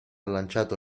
lanciato